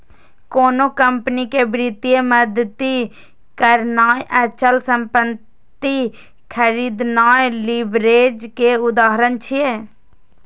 कोनो कंपनी कें वित्तीय मदति करनाय, अचल संपत्ति खरीदनाय लीवरेज के उदाहरण छियै